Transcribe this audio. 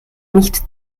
nicht